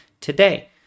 today